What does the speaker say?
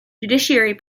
judiciary